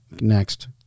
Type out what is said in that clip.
next